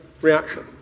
reaction